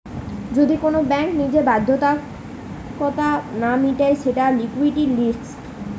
যদি কোন ব্যাঙ্ক নিজের বাধ্যবাধকতা না মিটায় সেটা লিকুইডিটি রিস্ক